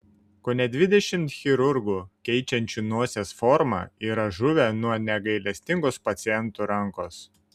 kone dvidešimt chirurgų keičiančių nosies formą yra žuvę nuo negailestingos pacientų rankos